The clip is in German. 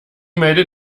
melde